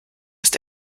ist